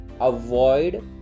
avoid